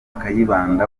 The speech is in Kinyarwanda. kayibanda